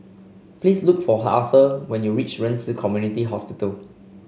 please look for Arthur when you reach Ren Ci Community Hospital